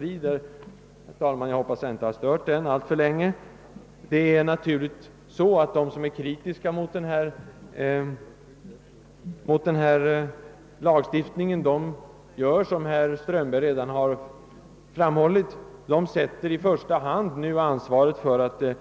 Jag hoppas, herr talman, att jag inte stört den allför länge. Det är naturligt att de som är kritiska mot den föreslagna lagstiftningen — som herr Strömberg sade — i främsta rummet vill att lagen